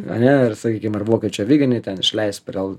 ane ar sakykim ar vokiečių aviganį ten išleis prie